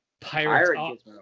Pirates